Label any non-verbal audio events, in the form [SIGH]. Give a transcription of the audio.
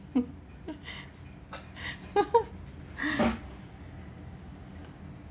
[LAUGHS]